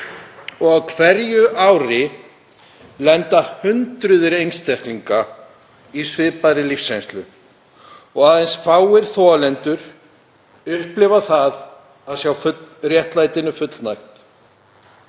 og á hverju ári lenda hundruð einstaklinga í svipaðri lífsreynslu og aðeins fáir þolendur upplifa það að sjá réttlætinu fullnægt.